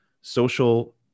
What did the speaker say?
social